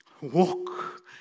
Walk